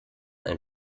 ein